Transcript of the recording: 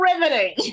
riveting